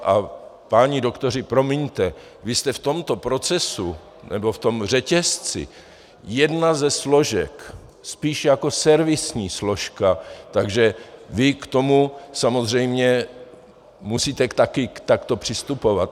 A páni doktoři, promiňte, vy jste v tomto procesu, nebo v tom řetězci, jedna ze složek, spíš jako servisní složka, takže vy k tomu samozřejmě musíte také takto přistupovat.